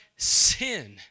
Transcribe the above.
Sin